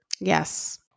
Yes